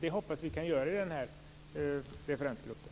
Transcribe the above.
Det hoppas jag att vi kan göra i referensgruppen.